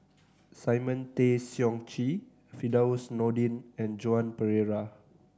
Simon Tay Seong Chee Firdaus Nordin and Joan Pereira